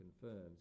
confirms